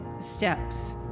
steps